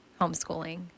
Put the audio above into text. homeschooling